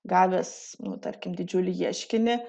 gavęs nu tarkim didžiulį ieškinį